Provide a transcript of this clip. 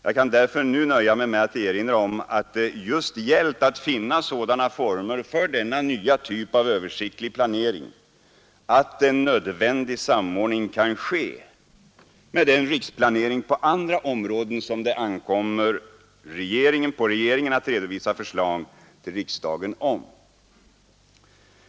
Jag kan därför nu nöja mig med att erinra om att det just gällt att finna sådana former för denna nya typ av översiktlig planering att en nödvändig samordning kan ske med den riksplanering på andra områden som det ankommer på regeringen att redovisa förslag till riksdagen om.